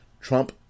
Trump